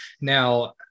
Now